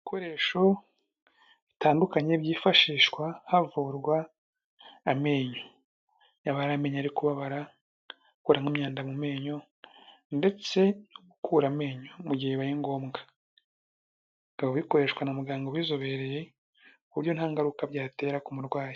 Ibikoresho bitandukanye byifashishwa havurwa amenyo, yaba ari amenyo ari kubaba, gukuramo imyanda mumenyo, ndetse no gukuramo amenyo mu gihe bibaye ngombwa, bikaba bikoreshwa na muganga ubizobereye ku buryo nta ngaruka byatera kumurwayi.